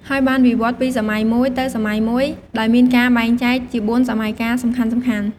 ហើយបានវិវឌ្ឍន៍ពីសម័យមួយទៅសម័យមួយ ដោយមានការបែងចែកជាបួនសម័យកាលសំខាន់ៗ។